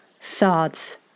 thoughts